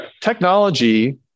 Technology